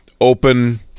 open